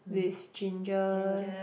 with ginger